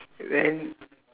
than